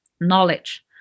knowledge